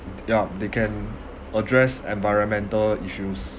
yup they can address environmental issues